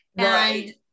Right